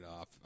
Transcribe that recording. off